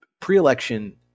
Pre-election